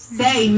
say